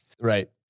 Right